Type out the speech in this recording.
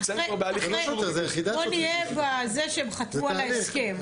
נמצאים פה בהליך אישור --- בוא נהיה בזה שהם חתמו על ההסכם.